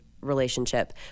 relationship